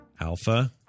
Alpha